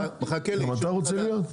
גם אתה רוצה להיות?